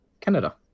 Canada